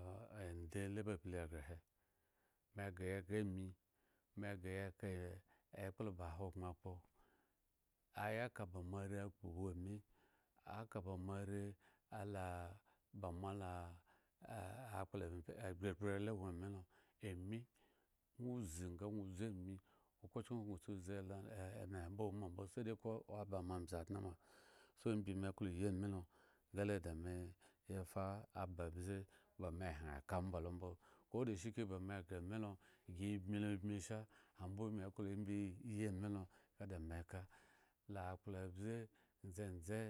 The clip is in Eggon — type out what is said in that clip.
ende la ba pli aghre he me ghre ya ghre amime ghre ya ka ekpla ba hogbren akpo aya ka ba moare kpo iwu ami aka ba moare alah bala ah akpla gbregbre la wo amilo, ami ŋwo zi nga ŋwo zi ami okhrochen wo gŋo zi la emahe mbo woma mbo se deko aba moaze adŋe ma so ibmi me klo yi amilo nga le da me yi ka aba ze ba me hyeŋ ka omba lo mbo, ko deshike ba me ghre amilo gi bmi obmi sha ambo me klo imbi meyi ami lo nga da meka la akpla abze dzendze